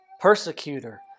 persecutor